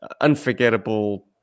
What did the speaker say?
unforgettable